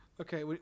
okay